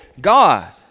God